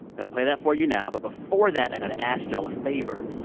going to play that for you now but before that, i got to ask y'all a favor.